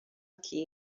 aqui